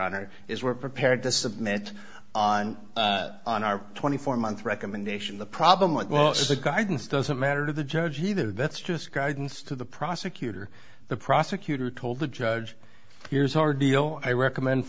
honor is we're prepared to submit on on our twenty four month recommendation the problem with well the guidance doesn't matter to the judge either that's just guidance to the prosecutor the prosecutor told the judge here's our deal i recommend